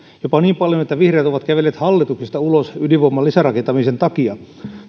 jopa niin paljon että vihreät ovat kävelleet hallituksesta ulos ydinvoiman lisärakentamisen takia